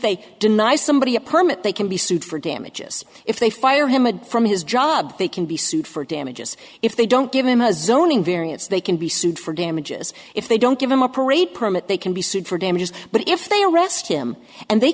they deny somebody a permit they can be sued for damages if they fire him from his job they can be sued for damages if they don't give him a zoning variance they can be sued for damages if they don't give him a parade permit they can be sued for damages but if they arrest him and they